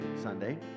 Sunday